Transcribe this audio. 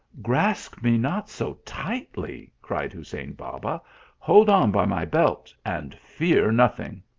grasp me not so tightly, cried hussein baba hold on by my belt, and fear nothing.